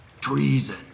treason